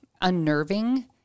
unnerving